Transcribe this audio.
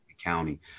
county